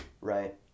Right